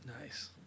Nice